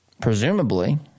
presumably